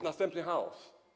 Następny chaos.